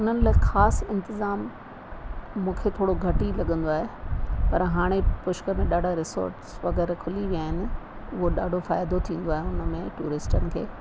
उन्हनि लाइ ख़ासि इंतिजाम मूंखे थोरो घटि ई लॻंदो आहे पर हाणे पुष्कर में ॾाढा रिसोर्ट वग़ैरह खुली विया आहिनि उहो ॾाढो फ़ाइदो थींदो आहे उन में टूरिस्टनि खे